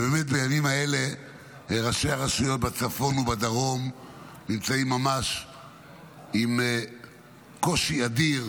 בימים אלה ראשי הרשויות בצפון ובדרום נמצאים ממש בקושי אדיר.